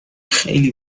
خیلی